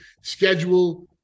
Schedule